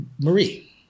Marie